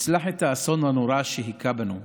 נצלח את האסון הנורא שהכה בנו.